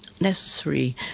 necessary